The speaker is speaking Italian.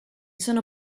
sono